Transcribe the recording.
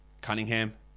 Cunningham